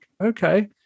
Okay